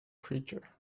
creature